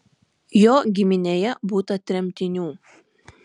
jo giminėje būta tremtinių